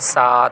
سات